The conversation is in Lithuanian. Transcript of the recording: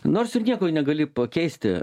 nors ir nieko negali pakeisti